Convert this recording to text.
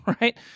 right